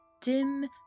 dim